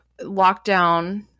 lockdown